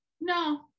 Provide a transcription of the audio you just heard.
no